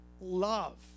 love